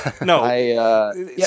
no